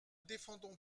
défendons